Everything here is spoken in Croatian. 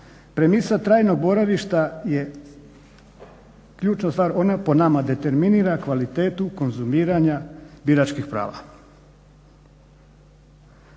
premisa trajnog boravišta je ključna stvar. Ona po nama determinira kvalitetu konzumiranja biračkih prava.